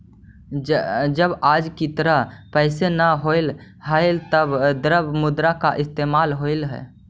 जब आज की तरह पैसे न होवअ हलइ तब द्रव्य मुद्रा का इस्तेमाल होवअ हई